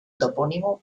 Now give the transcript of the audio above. topónimo